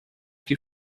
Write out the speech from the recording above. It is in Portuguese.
que